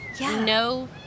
no